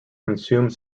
consume